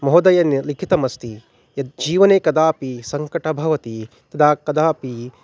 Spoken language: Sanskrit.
महोदयेन लिखितमस्ति यद् जीवने कदापि सङ्कटं भवति तदा कदापि